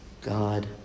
God